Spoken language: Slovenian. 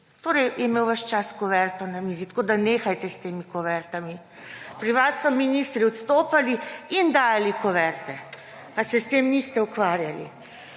Torej je imel vse čas kuverto na mizi. Tako nehajte s temi kuvertami. Pri vas so ministri odstopali in dajali kuverte, pa se s tem niste ukvarjali.